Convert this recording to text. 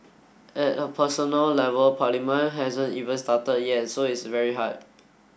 at a personal level parliament hasn't even started yet so it's very hard